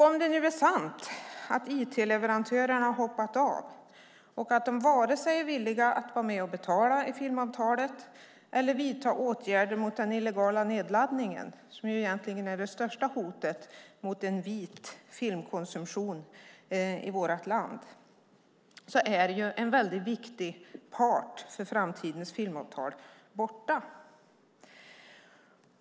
Om det nu är sant att it-leverantörerna har hoppat av och att de varken är villiga att vara med och betala i filmavtalet eller vidta åtgärder mot den illegala nedladdningen, som egentligen är det största hotet mot en vit filmkonsumtion i vårt land, är en viktig part för framtidens filmavtal borta.